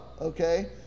Okay